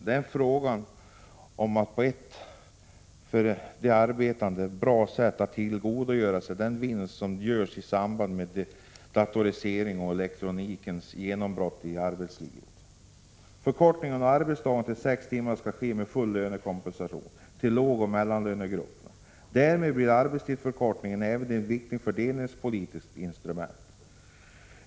Det är fråga om att på ett för de arbetande bra sätt tillgodogöra sig de vinster som görs i samband med datoriseringen och elektronikens genombrott i arbetslivet. Förkortningen av arbetsdagen till sex timmar skall ske med full lönekompensation till lågoch mellanlönegrupperna. Därmed blir arbetstidsförkortningen även ett viktigt fördelningspolitiskt instrument.